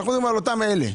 אנחנו מדברים על אותם אלה.